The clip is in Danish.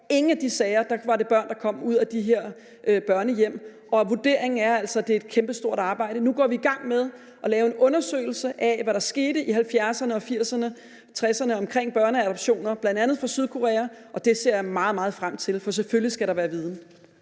ingen af de sager var der børn, der kom fra de her børnehjem, og vurderingen er altså, at det er et kæmpestort arbejde. Nu går vi i gang med at lave en undersøgelse af, hvad der skete i 1960'erne, 1970'erne og 1980'erne omkring børneadoptioner, bl.a. fra Sydkorea, og det ser jeg meget, meget frem til. For selvfølgelig skal der være en